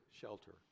shelter